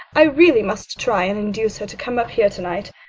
i really must try and induce her to come up here to-night.